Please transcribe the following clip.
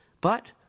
But